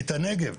את הנגב.